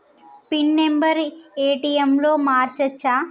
Pin number ATM లో మార్చచ్చా?